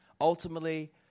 ultimately